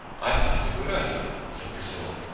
i think it's a good idea, said priscilla.